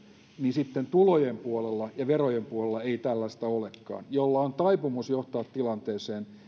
niin sitten tulojen puolella ja verojen puolella ei tällaista olekaan millä on taipumus johtaa tilanteeseen